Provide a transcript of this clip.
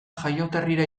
jaioterrira